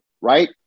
right